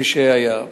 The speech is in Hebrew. כפי שהיה.